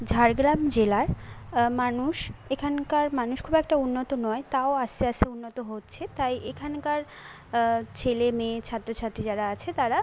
ঝাড়গ্রাম জেলার মানুষ এখানকার মানুষ খুব একটা উন্নত নয় তাও আস্তে আস্তে উন্নত হচ্ছে তাই এখানকার ছেলে মেয়ে ছাত্র ছাত্রী যারা আছে তারা